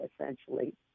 essentially